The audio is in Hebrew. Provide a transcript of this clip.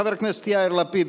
חבר הכנסת יאיר לפיד,